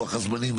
לוח הזמנים,